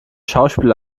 schauspiel